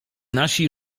nasi